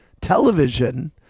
television